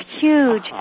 huge